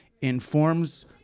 informs